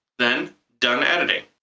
then done editing.